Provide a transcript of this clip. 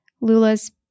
Lula's